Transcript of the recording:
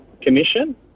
commission